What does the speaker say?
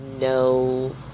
no